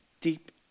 deep